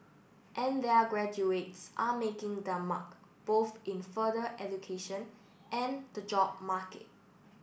and their graduates are making their mark both in further education and the job market